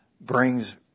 brings